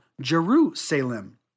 Jerusalem